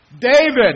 David